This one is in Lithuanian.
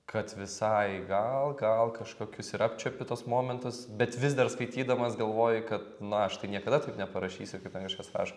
kad visai gal gal kažkokius ir apčiuopi tuos momentus bet vis dar skaitydamas galvoji kad na aš tai niekada taip neparašysiu kaip ten kažkas rašo